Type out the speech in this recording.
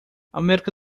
américa